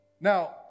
Now